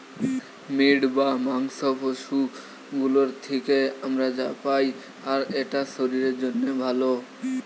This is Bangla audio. মিট বা মাংস পশু গুলোর থিকে আমরা পাই আর এটা শরীরের জন্যে ভালো